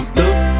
look